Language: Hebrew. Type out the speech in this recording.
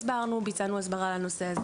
ביצענו הסברה על הנושא הזה